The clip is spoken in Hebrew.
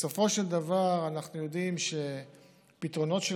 בסופו של דבר אנחנו יודעים שפתרונות של